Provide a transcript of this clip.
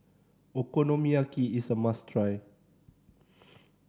okonomiyaki is a must try